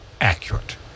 accurate